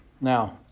Now